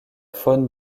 faune